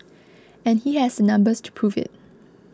and he has the numbers to prove it